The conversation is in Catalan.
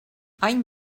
any